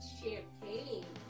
champagne